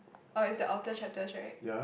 oh is the outer chapters right